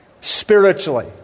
spiritually